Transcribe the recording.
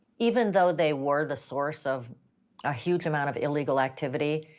even though they were the source of a huge amount of illegal activity,